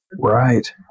Right